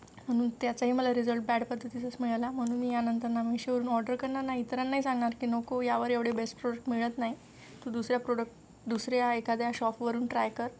म्हणून त्याचाही मला रिझल्ट बॅड पद्धतीचाच मिळाला म्हणून मी यानंतर ना म मिशोवरून ऑर्डर करणार ना इतरांनाही सांगणार की नको यावर एवढे बेस्ट प्रोडक्ट मिळत नाही तू दुसऱ्या प्रोडक्ट दुसऱ्या एखाद्या शॉफवरून ट्राय कर